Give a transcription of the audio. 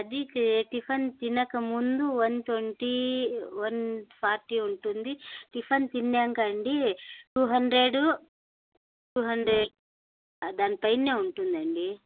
అది టిఫన్ తినకముందు one twenty one forty ఉంటుంది టిఫన్ తిన్నాక అండి టూ హండ్రెడు టూ హండ్రెడ్ దాని పైన ఉంటుంది అండి